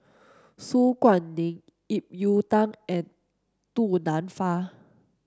Su Guaning Ip Yiu Tung and Du Nanfa